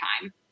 time